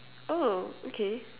oh okay